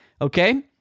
Okay